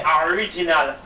original